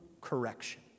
correction